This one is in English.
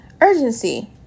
urgency